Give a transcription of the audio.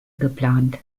geplant